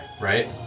right